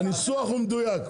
הניסוח מדויק,